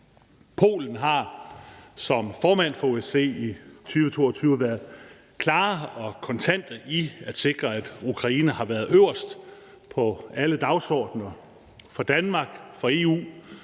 Polen har med formandskabet for OSCE i 2022 været klare og kontante med hensyn til at sikre, at Ukraine har været øverst på alle dagsordener. For Danmark, for EU